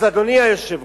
אז, אדוני היושב-ראש,